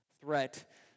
threat